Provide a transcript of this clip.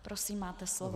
Prosím, máte slovo.